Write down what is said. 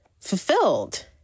fulfilled